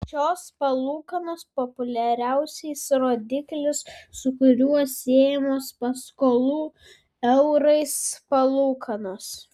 šios palūkanos populiariausias rodiklis su kuriuo siejamos paskolų eurais palūkanos